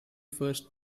first